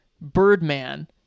Birdman